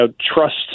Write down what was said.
trust